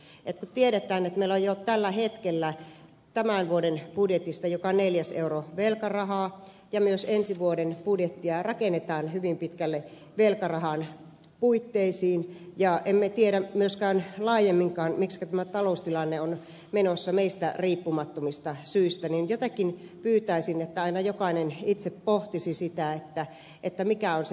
kun tiedetään että meillä on jo tällä hetkellä tämän vuoden budjetissa joka neljäs euro velkarahaa ja myös ensi vuoden budjettia rakennetaan hyvin pitkälle velkarahan puitteisiin ja emme tiedä myöskään laajemminkaan miksikä tämä taloustilanne on menossa meistä riippumattomista syistä niin jotenkin pyytäisin että aina jokainen itse pohtisi sitä mikä on se prioriteetti